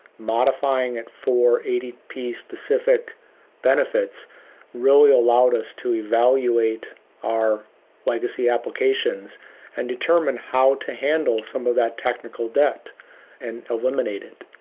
modifying it for adp specific benefits really allowed us to evaluate our legacy applications and determine how to handle some of that technical debt and eliminate